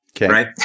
Right